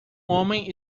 homem